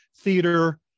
theater